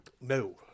No